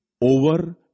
over